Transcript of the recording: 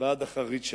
ועד אחרית שנה.